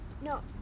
no